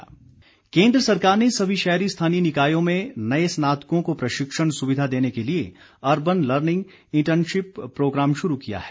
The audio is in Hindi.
सरवीण चौधरी केंद्र सरकार ने सभी शहरी स्थानीय निकायों में नए स्नातकों को प्रशिक्षण सुविधा देने के लिए अर्बन लर्निंग इंटर्नशिप प्रोग्राम शुरू किया है